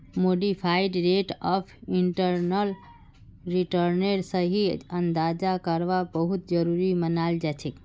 modified rate of internal रिटर्नेर सही अंदाजा करवा बहुत जरूरी मनाल जाछेक